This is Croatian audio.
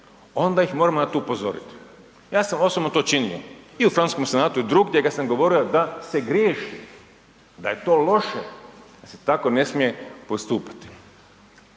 onda ih na to moramo upozoriti. Ja sam osobno to činio i u Francuskom senatu i drugdje kada sam govorio da se griješi, da je to loše, da se tako ne smije postupati.